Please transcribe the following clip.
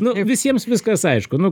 nu visiems viskas aišku nu